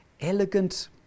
elegant